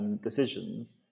decisions